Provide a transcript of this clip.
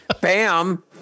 Bam